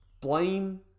blame